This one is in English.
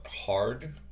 hard